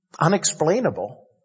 unexplainable